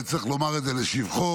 וצריך לומר את זה לשבחו,